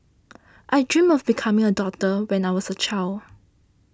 I dreamt of becoming a doctor when I was a child